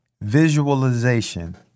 visualization